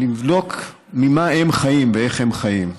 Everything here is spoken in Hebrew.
לבדוק ממה הם חיים ואיך הם חיים.